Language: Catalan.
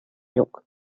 lluc